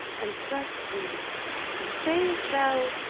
and press thee and sayest thou,